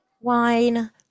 wine